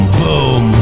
boom